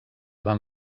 van